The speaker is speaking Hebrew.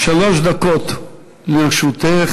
שלוש דקות לרשותך.